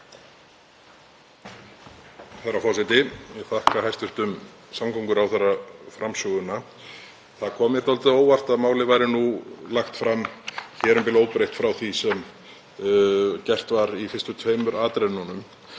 Herra forseti. Ég þakka hæstv. samgönguráðherra framsöguna. Það kom mér dálítið á óvart að málið væri nú lagt fram hér um bil óbreytt frá því sem gert var í fyrstu tveimur atrennunum